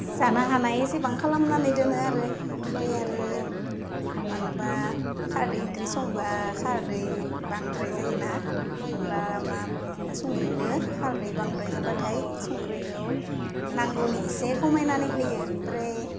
जानो हानाय एसेबां खालामनानै दोनो आरो ओमफ्राय आरो माब्लाबा खारदै ओंख्रि संब्ला खारदै बांद्राय जायोना अब्ला मा बुङो संख्रिखौ हालदै बांद्राय जाबाथाइ संख्रिखौ नांगौनि इसे खमायनानै होयो ओमफ्राय